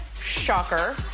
Shocker